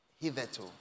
hitherto